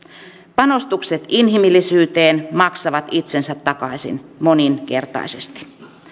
panostukset inhimillisyyteen maksavat itsensä takaisin moninkertaisesti